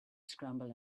scramble